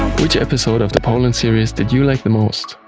which episode of the poland series did you like the most?